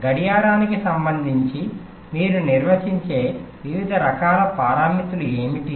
గడియారానికి సంబంధించి మీరు నిర్వచించే వివిధ రకాల పారామితులు ఏమిటి